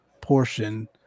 portion